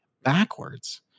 backwards